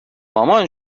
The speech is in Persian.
مامان